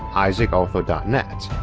isaacarthur net,